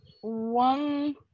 one